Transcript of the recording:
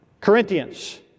Corinthians